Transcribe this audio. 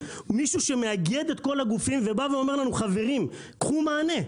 אין מישהו שמאגד את כל הגופים ובא ואומר לנו "קחו מענה".